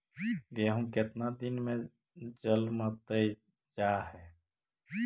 गेहूं केतना दिन में जलमतइ जा है?